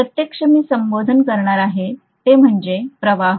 आणि प्रत्यक्षात मी संबोधित करणार आहे ते म्हणजे प्रवाह